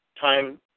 time